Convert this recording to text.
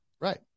Right